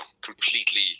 completely